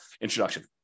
introduction